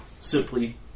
simply